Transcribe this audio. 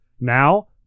now